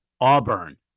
Auburn